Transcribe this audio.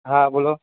હા બોલો